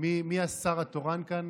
מי השר התורן כאן?